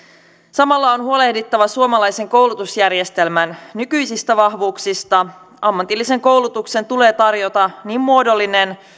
samalla on huolehdittava suomalaisen koulutusjärjestelmän nykyisistä vahvuuksista ammatillisen koulutuksen tulee tarjota niin muodollinen